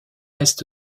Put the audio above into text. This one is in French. est